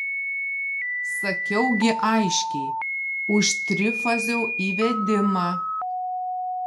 sakiau gi aiškiai už trifazio įvedimą